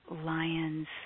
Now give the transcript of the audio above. lion's